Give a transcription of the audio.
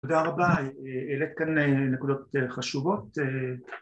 ‫תודה רבה, העלית כאן נקודות חשובות.